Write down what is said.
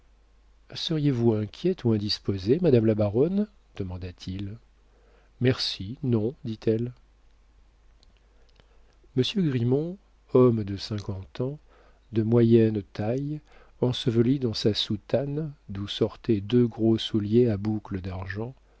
seriez-vous inquiète ou indisposée madame la baronne demanda-t-il merci non dit-elle monsieur grimont homme de cinquante ans de moyenne taille enseveli dans sa soutane d'où sortaient deux gros souliers à boucles d'argent